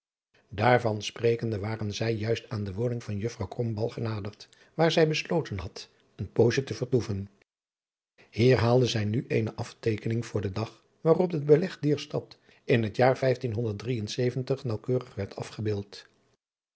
daarvan sprekende waren zij juist aan de woning van juffrouw krombalg genaderd waar zij besloten had eene poos te vertoeven hier haalde zij nu eene afteekening voor den dag waarop het beleg dier stad in het jaar naauwkeurig werd afgebeeld